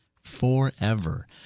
Forever